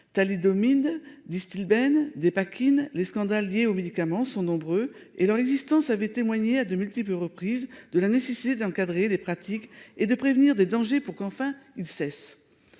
Thalidomide distille ben dépakine les scandales liés aux médicaments sont nombreux et leur existence avait témoigné à de multiples reprises de la nécessité d'encadrer les pratiques et de prévenir des dangers pour qu'enfin ils cessent.